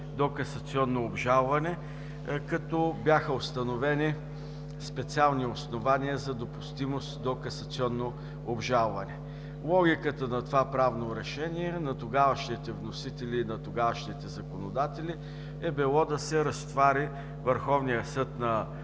до касационно обжалване, като бяха установени специални основания за допустимост до касационно обжалване. Логиката на това правно решение на тогавашните вносители и тогавашните законодатели е било да се разтовари Върховният съд на